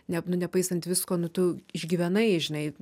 nu nepaisant visko nu tu išgyvenai žinai